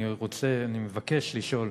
אני מבקש לשאול: